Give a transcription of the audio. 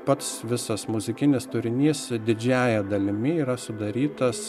pats visas muzikinis turinys didžiąja dalimi yra sudarytas